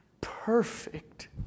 perfect